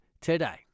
today